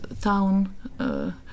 town